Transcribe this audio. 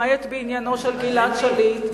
למעט בעניינו של גלעד שליט.